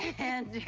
and